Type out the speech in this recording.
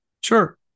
Sure